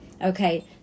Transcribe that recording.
okay